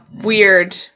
Weird